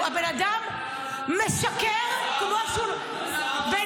הבן אדם משקר כמו שהוא ------ הופה,